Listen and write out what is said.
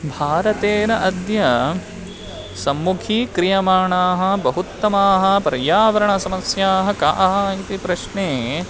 भारतेन अद्य सम्मुखीक्रियमाणाः बहूत्तमाः पर्यावरणसमस्याः काः इति प्रश्ने